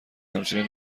همچنین